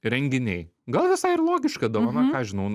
renginiai gal visai ir logiška dovana ką aš žinau